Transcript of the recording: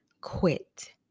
quit